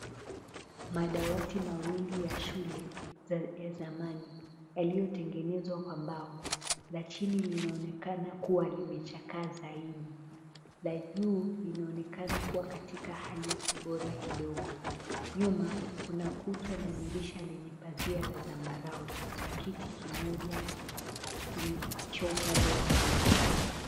Madawati mawili ya shule ya zamani yaliyotengenezwa kwa mbao la chili linaonekana kuwa limechakaa zaidi la juu linaonekana kuwa katika hali bora kidogo. Nyuma kuna kuta na dirisha lenye pazia la zambarao na kiti kimoja kilicho upande wa kulia.